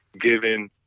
given